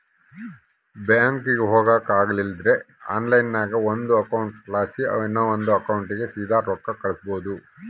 ಬ್ಯಾಂಕಿಗೆ ಹೊಗಾಕ ಆಗಲಿಲ್ದ್ರ ಆನ್ಲೈನ್ನಾಗ ಒಂದು ಅಕೌಂಟ್ಲಾಸಿ ಇನವಂದ್ ಅಕೌಂಟಿಗೆ ಸೀದಾ ರೊಕ್ಕ ಕಳಿಸ್ಬೋದು